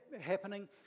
happening